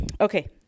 okay